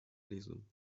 lesung